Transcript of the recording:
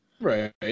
Right